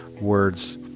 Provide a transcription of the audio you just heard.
words